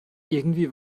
irgendwie